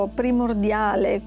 primordiale